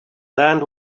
land